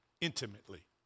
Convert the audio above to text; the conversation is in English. intimately